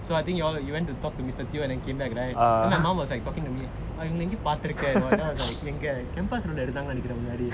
so I think you all you went to talk to mister teo and then came back right so my mom was talking to me இவங்கலே எங்கையோ பார்த்திருக்கேன்:ivangalae engayo parthurikaen